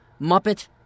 Muppet